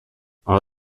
are